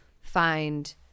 find